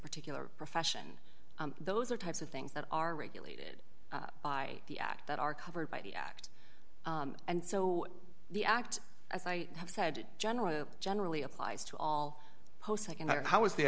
particular profession those are types of things that are regulated by the act that are covered by the act and so the act as i have said generally generally applies to all post secondary how is the